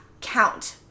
count-